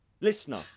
listener